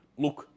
look